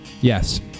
Yes